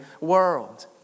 world